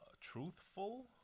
Truthful